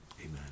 Amen